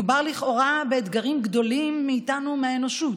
מדובר לכאורה באתגרים שגדולים מאיתנו, מהאנושות,